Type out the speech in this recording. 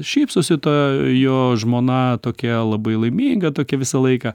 šypsosi ta jo žmona tokia labai laiminga tokia visą laiką